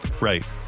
Right